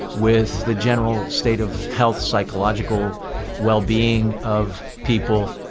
with the general state of health, psychological well-being of people